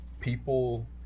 people